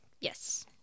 Yes